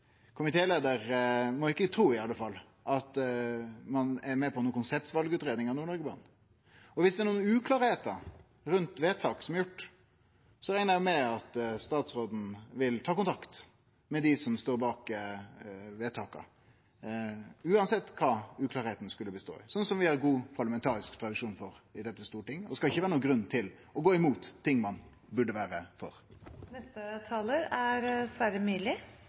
i alle fall ikkje tru at ein er med på noka konseptvalutgreiing av Nord-Noreg-banen. Viss det er noko uklart rundt vedtak som er gjorde, reknar eg med at statsråden vil ta kontakt med dei som står bak vedtaka, uansett kva det uklare skulle bestå i – sånn som vi har god parlamentarisk tradisjon for i Stortinget. Det skal ikkje vere nokon grunn til å gå imot ting ein burde vere for. Representanten Sverre